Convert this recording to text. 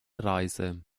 reise